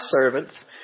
servants